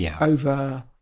over